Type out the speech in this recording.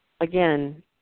again